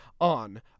on